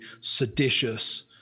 seditious